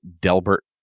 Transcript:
Delbert